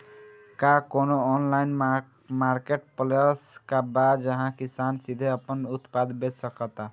का कोनो online marketplace बा जहां किसान सीधे अपन उत्पाद बेच सकता?